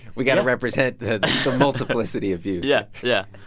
we've got to represent the multiplicity of views yeah, yeah.